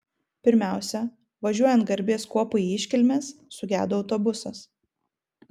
pirmiausia važiuojant garbės kuopai į iškilmes sugedo autobusas